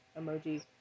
Emoji